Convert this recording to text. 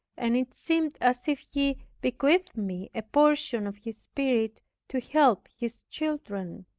and it seemed as if he bequeathed me a portion of his spirit to help his children.